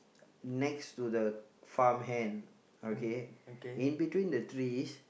next to the farmhand okay in between the trees